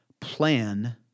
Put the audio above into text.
plan